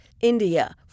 India